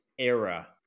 Era